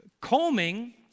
combing